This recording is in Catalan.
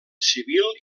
civil